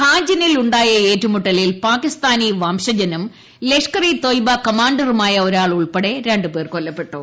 ഹാജിനിൽ ഉണ്ടായ ഏറ്റുമുട്ടലിൽ പാകിസ്ഥാനി വംശജനും ലഷ്കർ ഇ തോയ്ബ കമാൻഡറുമായ ഒരാൾ ഉൾപ്പെടെ രണ്ടുപേർ കൊല്ലപ്പെട്ടു